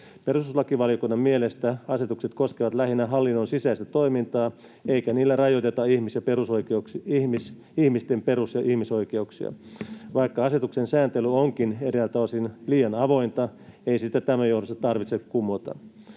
Perustuslakivaliokunnan mielestä asetukset koskevat lähinnä hallinnon sisäistä toimintaa eikä niillä rajoiteta ihmisten perus- ja ihmisoikeuksia. Vaikka asetuksen sääntely onkin eräiltä osin liian avointa, ei sitä tämän johdosta tarvitse kumota.